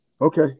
okay